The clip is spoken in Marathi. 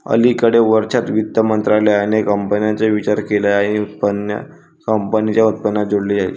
अलिकडे वर्षांत, वित्त मंत्रालयाने कंपन्यांचा विचार केला की त्यांचे उत्पन्न कंपनीच्या उत्पन्नात जोडले जाईल